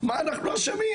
מה אנחנו אשמים.